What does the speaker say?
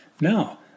Now